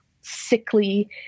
sickly